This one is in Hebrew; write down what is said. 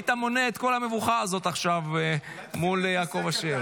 היית מונע את כל המבוכה הזאת עכשיו מול יעקב אשר.